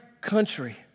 country